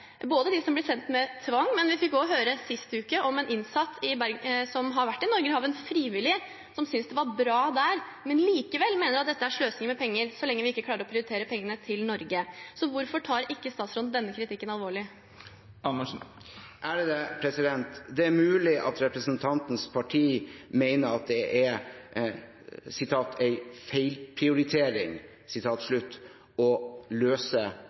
de som blir sendt med tvang. Sist uke fikk vi også høre om en innsatt som har vært frivillig i Norgerhaven. Han syntes det var bra der, men mente likevel dette er sløsing med penger så lenge man ikke klarer å prioritere pengene til Norge. Hvorfor tar ikke statsråden denne kritikken alvorlig? Det er mulig at representantens parti mener at det er